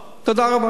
תודה רבה.